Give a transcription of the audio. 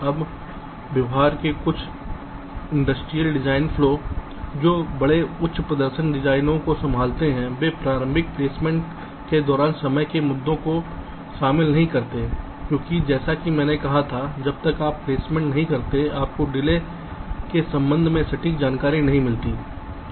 अब व्यवहार में कुछ इंडस्ट्रियल डिज़ाइन फ्लो जो बड़े उच्च प्रदर्शन डिजाइनों को संभालते हैं वे प्रारंभिक प्लेसमेंट के दौरान समय के मुद्दों को शामिल नहीं करते हैं क्योंकि जैसा कि मैंने कहा था कि जब तक आप प्लेसमेंट नहीं करते हैं आपको डिले के संबंध में सटीक जानकारी नहीं मिलती है